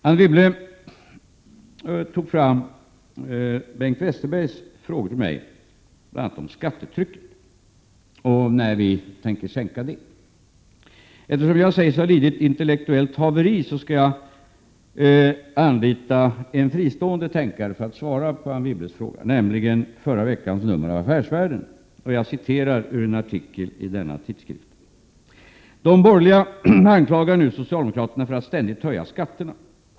Anne Wibble upprepade Bengt Westerbergs frågor till mig. Hon frågade bl.a. när vi tänker sänka skattetrycket. Eftersom jag sägs ha lidit intellektuellt haveri, skall jag anlita en fristående tänkare för att svara på Anne Wibbles fråga, nämligen förra veckans nummer av Affärsvärlden. I en artikel i denna tidskrift anförs följande: ”De borgerliga anklagar nu socialdemokraterna för att ständigt höja skatterna.